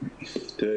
תראה,